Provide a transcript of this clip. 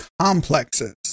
complexes